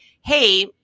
hey